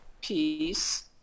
peace